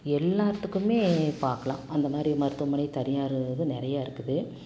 எல்லாத்துக்குமே பார்க்கலாம் அந்த மாதிரி மருத்துவமனை தனியார் இது நிறைய இருக்குது